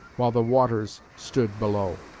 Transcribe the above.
while the waters stood below.